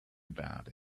about